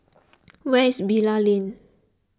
where is Bilal Lane